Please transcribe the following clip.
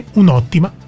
un'ottima